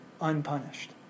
unpunished